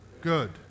good